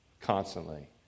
constantly